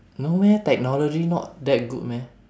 no meh technology not that good meh